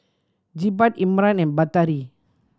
Jebat Imran and Batari